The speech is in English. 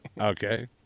Okay